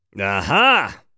Aha